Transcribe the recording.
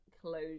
closure